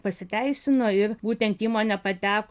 pasiteisino ir būtent įmonė pateko